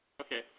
Okay